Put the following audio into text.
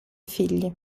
figli